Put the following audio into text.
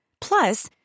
Plus